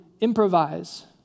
improvise